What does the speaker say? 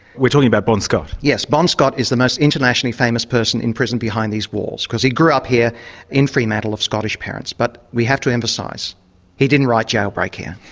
we're talking about bon scott. yes. bon scott is the most internationally famous person in prison behind these walls, because he grew up here in fremantle of scottish parents. but we have to emphasise he didn't write jailbreak here.